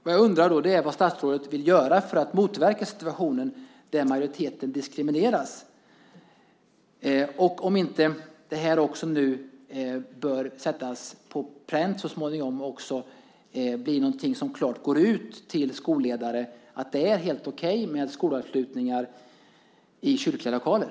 Vad vill statsrådet göra för att motverka en situation där majoriteten diskrimineras? Och är inte detta något som också så småningom bör sättas på pränt och bli något som klart går ut till skolledare, alltså att det är helt okej med skolavslutningar i kyrkliga lokaler?